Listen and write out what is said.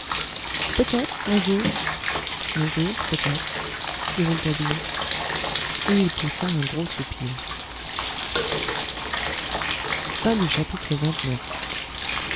peut-être un jour un jour peut-être fit rouletabille et il poussa un gros soupir